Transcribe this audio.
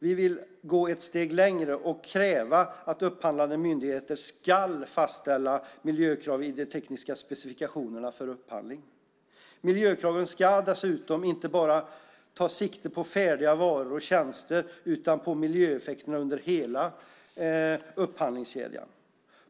Vi vill gå ett steg längre och kräva att upphandlande myndigheter ska fastställa miljökrav i de tekniska specifikationerna vid upphandling. Miljökraven ska dessutom inte bara ta sikte på färdiga varor och tjänster utan på miljöeffekterna under hela upphandlingskedjan.